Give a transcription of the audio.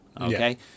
okay